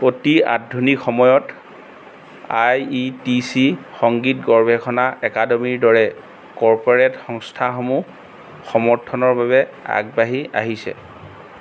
অতি আধুনিক সময়ত আই ই টি চি সংগীত গৱেষণা একাডেমীৰ দৰে কৰ্প'ৰেট সংস্থাসমূহ সমৰ্থনৰ বাবে আগবাঢ়ি আহিছে